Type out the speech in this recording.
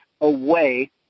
away –